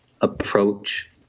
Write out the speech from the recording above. approach